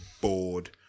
bored